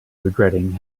regretting